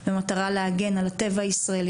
במטרה להגן על הטבע הישראלי,